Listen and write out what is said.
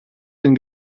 den